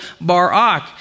Barak